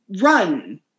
run